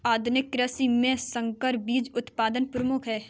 आधुनिक कृषि में संकर बीज उत्पादन प्रमुख है